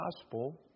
gospel